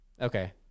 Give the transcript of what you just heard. okay